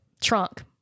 Trunk